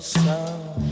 sound